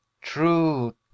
True